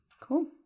Cool